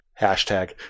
Hashtag